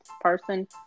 person